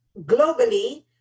globally